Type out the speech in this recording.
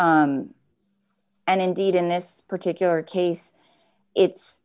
and indeed in this particular case it's